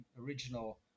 original